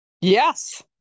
Yes